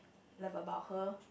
love about her